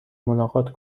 ملاقات